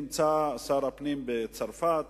שר הפנים בצרפת,